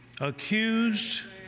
accused